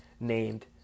named